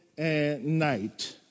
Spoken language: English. night